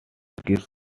kiss